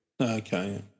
Okay